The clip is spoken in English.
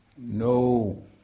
no